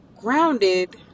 grounded